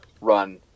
run